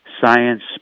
science